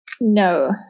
no